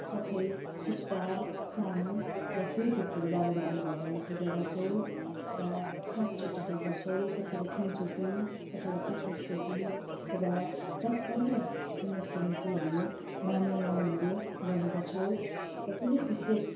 साथै सुक्पा साङ् र पे धूपहरू बालेर हामी भगवान्लाई पूजा गर्छौँ र सात चोटि ढोग गर्छौँ कसैले तिन चोटि अथवा एक्काइस चोटि र दस पन्ध्र मिनटको निम्ति हामी माने मलह्महरू गर्ने गर्छौँ र कुनै विशेष